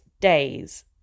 days